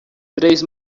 três